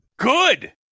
Good